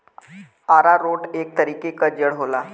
आरारोट एक तरीके क जड़ होला